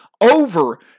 over